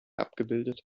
abgebildet